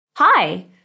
Hi